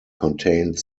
contained